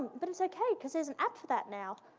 but it's okay, because there's an app for that now.